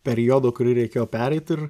periodo kurį reikėjo pereit ir